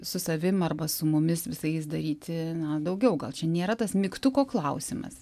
su savim arba su mumis visais daryti na daugiau gal čia nėra tas mygtuko klausimas